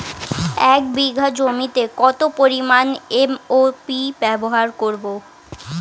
এক বিঘা জমিতে কত পরিমান এম.ও.পি ব্যবহার করব?